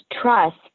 trust